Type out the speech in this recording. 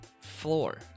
floor